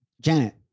Janet